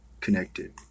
connected